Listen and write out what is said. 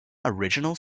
original